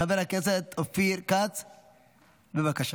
חבר הכנסת אופיר כץ, בבקשה.